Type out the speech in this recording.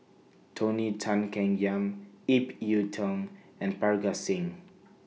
Tony Tan Keng Yam Ip Yiu Tung and Parga Singh